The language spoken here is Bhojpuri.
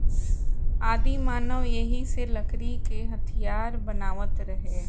आदिमानव एही से लकड़ी क हथीयार बनावत रहे